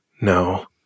no